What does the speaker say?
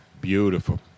Beautiful